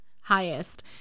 highest